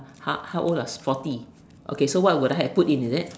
how how old ah forty okay so what will I put in is it